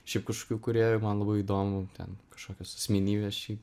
šiaip kažkokių kūrėjų man buvo įdomu ten kažkokios asmenybės šiaip